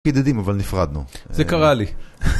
ידידים אבל נפרדנו זה קרה לי